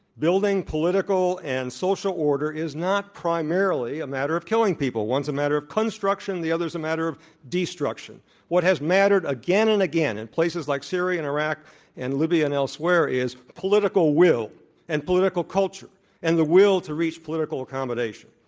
building political and social order is not primarily a matter of killing people. one's a matter of construction. the other's a matter of destruction. what has mattered again and again in places like syria and iraq and libya and elsewhere is political will and political culture and the will to reach political accommodation.